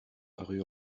rue